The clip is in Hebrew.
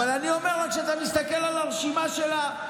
אבל אני אומר לך שכאשר אתה מסתכל על הרשימה שלהם,